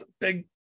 big